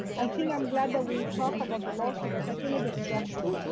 i think i'm glad that we talk about the loss because i think it's a structural.